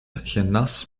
genas